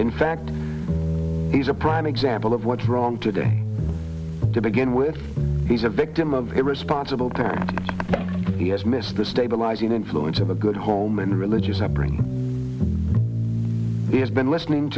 in fact he's a prime example of what's wrong today to begin with he's a victim of irresponsible time he has missed the stabilizing influence of a good home and religious upbringing he has been listening